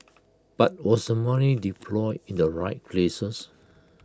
but was the money deployed in the right places